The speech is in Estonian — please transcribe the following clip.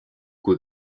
kui